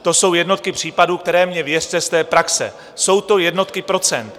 To jsou jednotky případů, které mně věřte z té praxe jsou to jednotky procent.